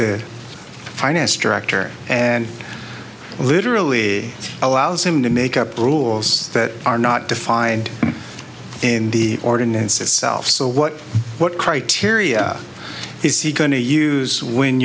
the finance director and literally allows him to make up rules that are not defined in the ordinance itself so what what criteria is he going to use when